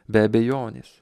be abejonės